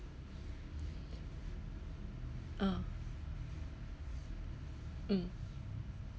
ah mm